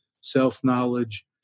self-knowledge